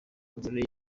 mugore